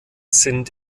sind